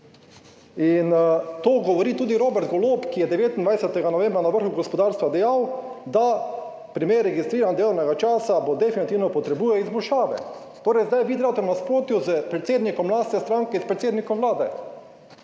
In to govori tudi Robert Golob, ki je 29. novembra na vrhu gospodarstva dejal, da primer registriranje delovnega časa bo, definitivno potrebuje izboljšave. Torej, zdaj vi delate v nasprotju s predsednikom lastne stranke, s predsednikom Vlade.